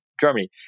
Germany